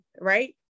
right